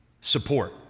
support